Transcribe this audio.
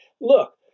look